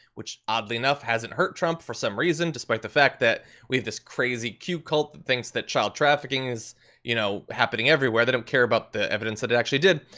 which oddly enough hasn't hurt trump for some reason, despite the fact that we have this crazy q cult who thinks that child trafficking is you know happening everywhere. they don't care about the evidence that it actually did.